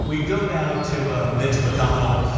we go now to mitch mcconnell,